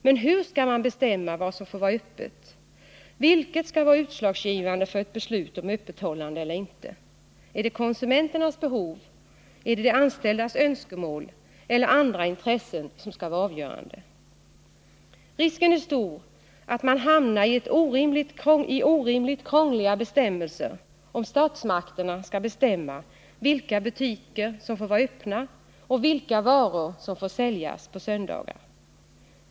Men hur skall man bestämma vad som får vara öppet? Vilket skall vara utslagsgivande för ett beslut om öppethållande eller inte? Är det konsumenternas behov, de anställdas önskemål eller andra intressen som skall vara avgörande? Risken är stor att man hamnar i orimligt krångliga bestämmelser om statsmakterna skall bestämma vilka butiker som får vara öppna och vilka varor som får säljas på söndagar.